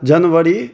January